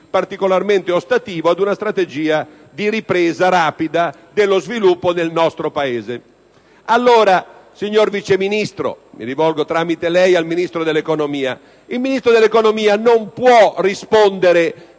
fase della crisi, ad una strategia di ripresa rapida dello sviluppo del nostro Paese. Signor Vice Ministro (mi rivolgo tramite lei al Ministro dell'economia), il Ministro dell'economia non può risponderci